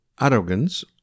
arrogance